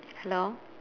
hello